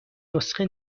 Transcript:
نسخه